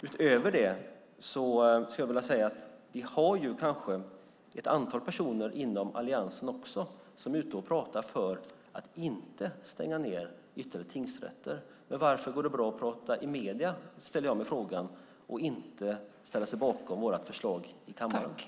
Utöver det skulle jag vilja säga att det kanske är ett antal personer också inom Alliansen som är ute och pratar för att inte stänga ned ytterligare tingsrätter. Varför går det bra att prata i medierna, ställer jag mig frågan, men inte ställa sig bakom vårt förslag i kammaren.